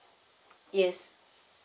yes